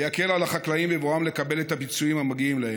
ויקל על החקלאים בבואם לקבל את הפיצויים המגיעים להם.